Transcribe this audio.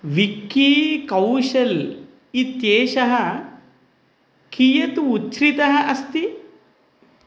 विक्की कौशल् इत्येषः कियत् उच्छ्रितः अस्ति